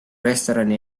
restorani